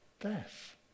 death